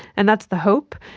and that's the hope,